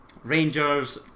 Rangers